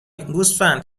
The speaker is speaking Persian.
گوسفند